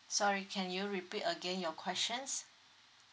sorry can you repeat again your questions